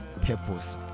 purpose